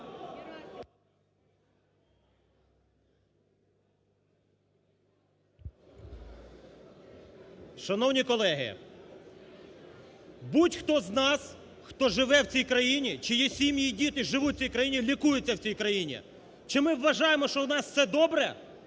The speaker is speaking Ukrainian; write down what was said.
Шановні колеги! Будь-хто з нас, хто живе в цій країні, чиї сім'ї і діти живуть в цій країні, лікуються в цій країні, чи ми вважаємо, що у нас все добре